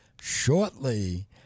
shortly